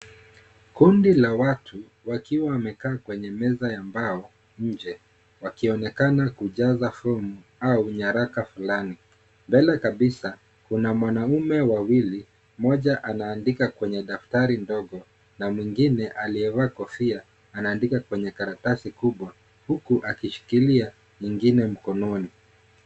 Kundi la watu wakiwa wamekaa kwenye meza ya mbao nje wakionekana kujaza fomu au nyaraka fulani ,mbele kabisa kuna wanaume wawili mmoja anaandika kwenye daftari ndogo na mwingine aliyevaa kofia anaandika kwenye karatasi kubwa huku akishikilia nyingine mkononi.